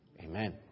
Amen